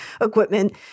equipment